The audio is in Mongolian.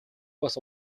бас